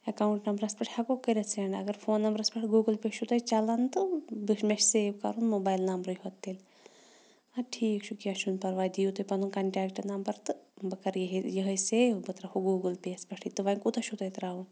account نمبرَس پٮ۪ٹھ ہٮ۪کو کٔرِتھ سٮ۪نٛڈ اگر فون نمبرَس پٮ۪ٹھ گوٗگٕل پے چھُو تۄہہِ چَلان تہٕ بہٕ چھُ مےٚ چھِ سیو کَرُن موبایل نمبرٕے یوت تیٚلہِ اَدٕ ٹھیٖک چھُ کینٛہہ چھُنہٕ پَراوے دِیِو تُہۍ پَنُن کَنٹٮ۪کٹ نمبر تہٕ بہٕ کَرٕ یِہے یِہٕے سیو بہٕ ترٛاوہو گوٗگٕل پے یَس پٮ۪ٹھٕے تہٕ وَنۍ کوٗتاہ چھُ تۄہہِ ترٛاوُن